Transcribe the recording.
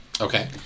Okay